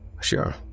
Sure